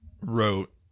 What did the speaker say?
wrote